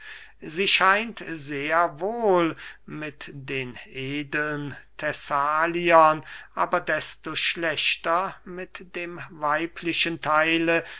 sie scheint sehr wohl mit den edeln thessaliern aber desto schlechter mit dem weiblichen theile